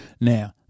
now